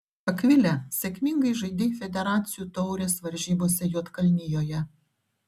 akvile sėkmingai žaidei federacijų taurės varžybose juodkalnijoje